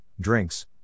Drinks